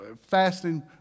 fasting